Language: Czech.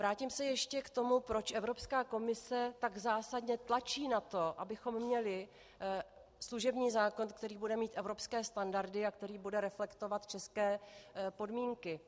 Vrátím se ještě k tomu, proč Evropská komise tak zásadně tlačí na to, abychom měli služební zákon, který bude mít evropské standardy a který bude reflektovat české podmínky.